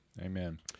Amen